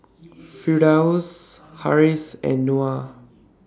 Firdaus Harris and Noah